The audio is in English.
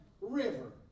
River